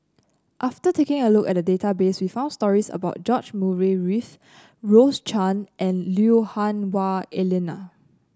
after taking a look at the database we found stories about George Murray Reith Rose Chan and Lui Hah Wah Elena